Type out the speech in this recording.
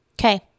Okay